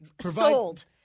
Sold